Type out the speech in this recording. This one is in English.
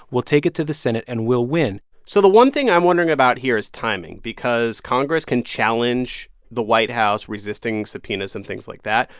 we'll take it to the senate, and we'll win so the one thing i'm wondering about here is timing because congress can challenge the white house resisting subpoenas and things like that.